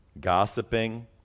gossiping